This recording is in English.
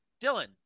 Dylan